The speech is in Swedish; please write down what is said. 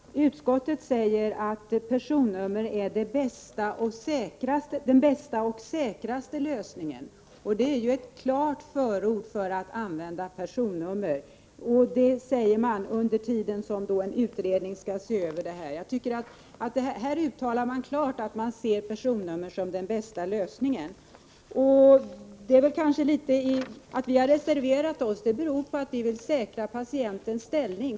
Fru talman! Utskottet uttalar klart att personnummer är den bästa och säkraste lösningen. Det är ju ett klart förord för att man skall använda personnummer. Detta säger utskottet samtidigt som en utredning skall se över frågan. Att vi har reserverat oss beror på att vi vill säkra patienternas ställning.